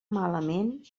malament